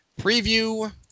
preview